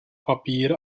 papír